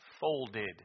folded